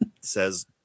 says